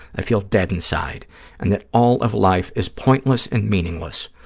i feel dead inside and that all of life is pointless and meaningless.